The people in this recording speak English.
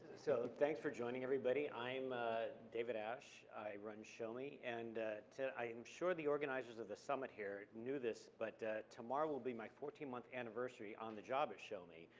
so, thanks for joining, everybody. i'm ah david asch, i run shomi, and i am sure the organizers of the summit here knew this, but tomorrow will be my fourteen month anniversary on the job at shomi,